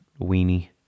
weenie